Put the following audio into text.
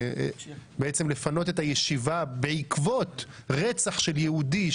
ולפנות את הישיבה בעקבות רצח של יהודי,